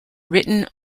written